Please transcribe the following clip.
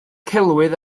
celwydd